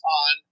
on